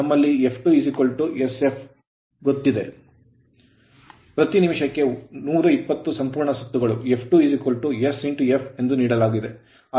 ನಮ್ಮಲ್ಲಿ f2sf ಇದೆ ಪ್ರತಿ ನಿಮಿಷಕ್ಕೆ 120 ಸಂಪೂರ್ಣ ಸುತ್ತುಗಳು f2sf ಎಂದು ನೀಡಲಾಗಿದೆ